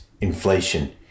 inflation